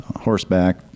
horseback